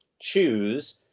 choose